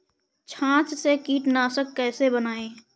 छाछ से कीटनाशक कैसे बनाएँ?